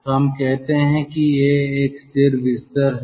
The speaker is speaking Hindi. तो हम कहते हैं कि यह एक स्थिर बिस्तर है